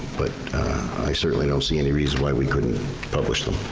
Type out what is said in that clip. but i certainly don't see any reason why we couldn't publish them.